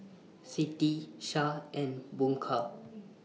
Siti Shah and Bunga